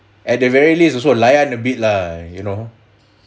at the very least also layan a bit lah you know